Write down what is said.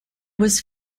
was